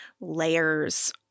layers